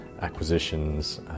acquisitions